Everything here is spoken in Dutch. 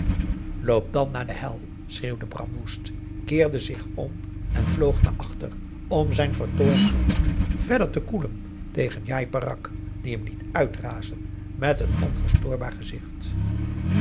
loop dan naar de hel schreeuwde bram woest keerde zich om en vloog naar achter om zijn vertoornd gemoed verder te koelen tegen njai peraq die hem liet uitrazen met een onverstoorbaar gezicht